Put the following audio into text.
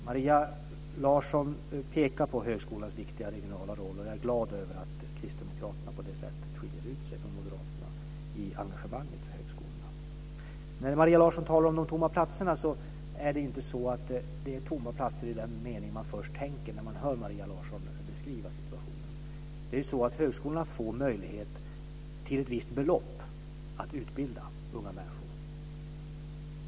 Maria Larsson pekar på högskolans viktiga regionala roll, och jag är glad över att kristdemokraterna på det sättet skiljer ut sig från moderaterna i engagemanget för högskolorna. Maria Larsson talar om de tomma platserna. Men det är inga tomma platser i den mening som man först tänker på när man hör Maria Larsson beskriva situationen. Högskolorna får ett visst belopp för att utbilda unga människor.